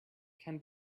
can